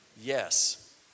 Yes